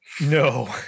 No